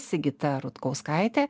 sigita rutkauskaitė